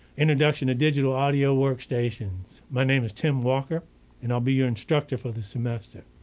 introduction of digital audio workstations. my name is timm walker and i'll be your instructor for the semester.